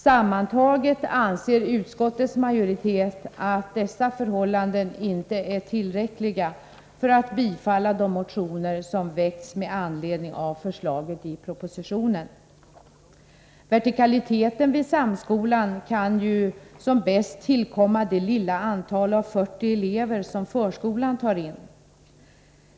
Sammantaget anser utskottets majoritet att dessa förhållanden inte är tillräckliga för att bifalla de motioner som väckts med anledning av förslaget i propositionen. Vertikaliteten vid Samskolan kan ju som bäst tillkomma det lilla antal av 40 elever som förskolan tar in.